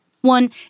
One